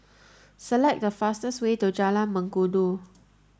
select the fastest way to Jalan Mengkudu